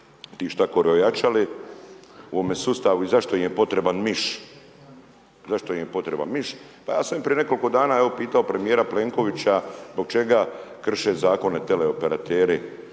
ti štakori ojačali, u ovom sustavu i zašto im je potreban miš, pa ja sam i prije nekoliko dana evo pitao premijera Plenkovića zbog čega krše zakone teleoperateri